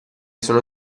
sono